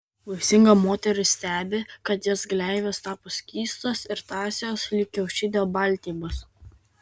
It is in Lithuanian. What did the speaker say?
vaisinga moteris stebi kad jos gleivės tapo skystos ir tąsios lyg kiaušinio baltymas